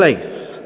place